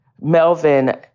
Melvin